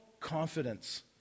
confidence